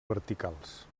verticals